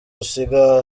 usiga